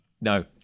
No